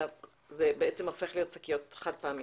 אלא הן הופכות להיות שקיות חד פעמיות.